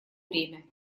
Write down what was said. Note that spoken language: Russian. время